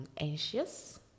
anxious